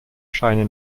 scheine